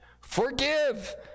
Forgive